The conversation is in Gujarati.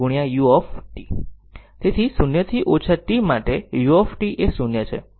તેથી 0 થી ઓછા t માટે u એ 0 છે